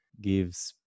gives